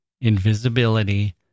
invisibility